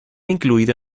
incluido